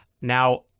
Now